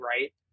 right